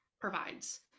provides